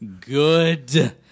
good